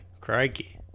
crikey